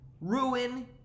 ruin